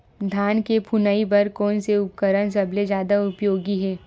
धान के फुनाई बर कोन से उपकरण सबले जादा उपयोगी हे?